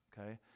okay